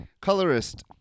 Colorist